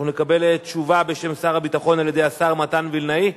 אנחנו נקבל תשובה בשם שר הביטחון על-ידי השר מתן וילנאי,